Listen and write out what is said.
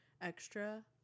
extra